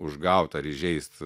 užgaut ar įžeist